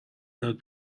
یاد